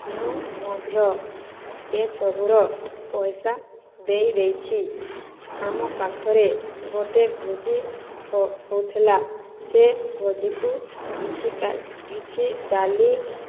ମୁଁ ମଧ୍ୟ ଏସବୁର ପଇସା ଦେଇ ଦେଇଛି ଆମ ପାଖରେ ଗୋଟିଏ ଭୋଜି ହୋଇଥିଲା ସେ ଭୋଜିକୁ କିଛି କିଛି ଡାଲି